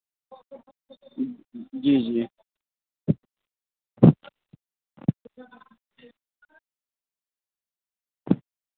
जी जी